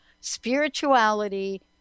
spirituality